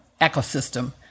ecosystem